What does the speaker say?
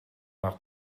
nach